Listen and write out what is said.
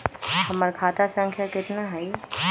हमर खाता संख्या केतना हई?